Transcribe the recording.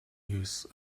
use